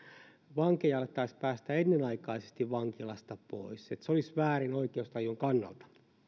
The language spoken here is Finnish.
vankeja alettaisiin päästämään ennenaikaisesti vankilasta pois se olisi väärin oikeustajun kannalta